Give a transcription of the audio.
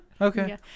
Okay